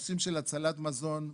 הנושאים של הצלת מזון,